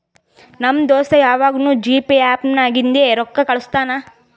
ನಮ್ ದೋಸ್ತ ಯವಾಗ್ನೂ ಜಿಪೇ ಆ್ಯಪ್ ನಾಗಿಂದೆ ರೊಕ್ಕಾ ಕಳುಸ್ತಾನ್